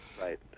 Right